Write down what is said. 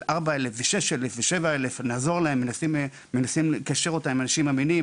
מדובר במחירים של 4,000 7,000. מנסים לקשר אותם עם אנשים אמינים